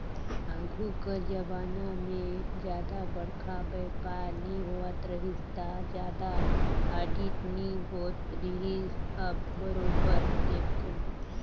आघु कर जमाना में जादा बड़खा बयपार नी होवत रहिस ता जादा आडिट नी होत रिहिस अब बरोबर देखथे